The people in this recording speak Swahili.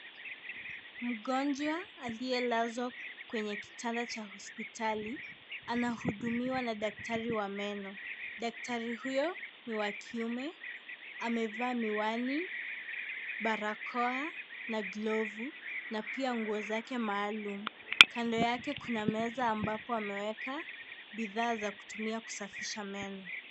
Mgonjwa aliyelazwa kwenye kitanda cha hospitali anahudumiwa na daktari wa meno. Daktari huyo ni wa kiume, amevaa miwani, barakoa na glovu na pia nguo zake maalum. Kando yake kuna meza ambapo ameweka bidhaa za kutumia kusafisha meno.